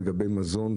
לגבי מזון,